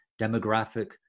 demographic